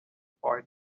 boy